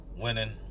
Winning